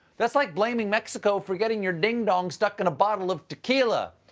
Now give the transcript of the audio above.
that's like blaming mexico for getting your ding dong stuck in a bottle of tequila.